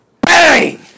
Bang